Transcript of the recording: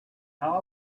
how